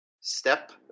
Step